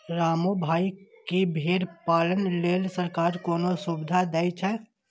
रामू भाइ, की भेड़ पालन लेल सरकार कोनो सुविधा दै छै?